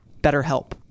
BetterHelp